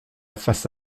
face